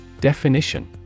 Definition